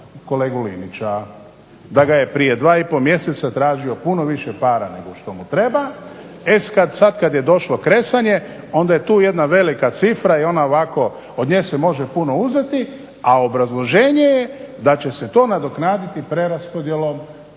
kolegu Linića. Da ga je prije 2,5 mjeseca tražio puno više para nego što mu treba. E sada kada je došlo kresanje onda je tu jedna velika cifra i ona ovako, od nje se može puno uzeti a obrazloženje je da će se to nadoknaditi preraspodjelom